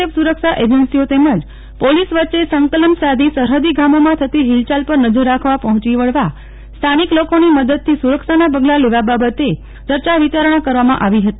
F સુરક્ષા એજન્સીઓ તેમજ પોલીસ વચ્ચે સંકલન સાંધી સરફદી ગામોમાં થતી ફિલચાલ પર નજર રાખવા પર્જોચી વળવા સ્થાનિક લોકોની મદદથી સુરક્ષાના પગલા લેવા બાબતે ચર્ચા વિચારણા કરવામાં આવી ફતી